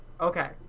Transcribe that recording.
Okay